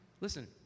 listen